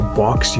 box